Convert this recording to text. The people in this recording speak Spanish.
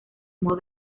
modo